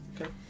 Okay